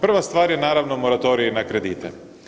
Prva stvar je naravno, moratorij na kredite.